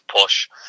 push